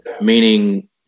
Meaning